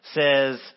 says